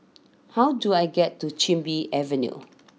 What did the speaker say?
how do I get to Chin Bee Avenue